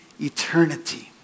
eternity